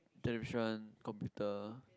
television computer